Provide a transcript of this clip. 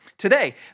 Today